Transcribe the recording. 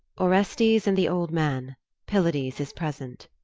orestes and the old man pylades is present.